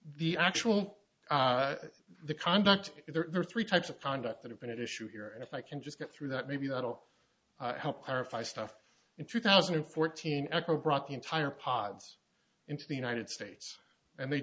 the actual conduct there are three types of conduct that have been at issue here and if i can just get through that maybe that'll help clarify stuff in two thousand and fourteen acro brought the entire pods into the united states and they